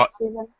season